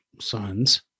sons